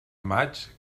maig